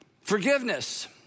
forgiveness